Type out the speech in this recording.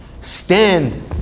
Stand